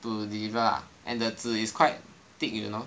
to deliver ah and the 纸 is quite thick you know